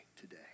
today